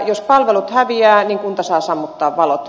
jos palvelut häviävät niin kunta saa sammuttaa valot